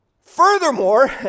Furthermore